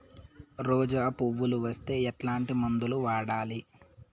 రోజా పువ్వులు వస్తే ఎట్లాంటి మందులు వాడాలి?